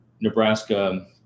Nebraska